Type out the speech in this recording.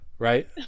right